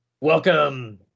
welcome